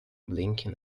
blinking